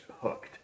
hooked